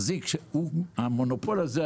לגבי המונופול הזה,